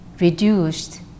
reduced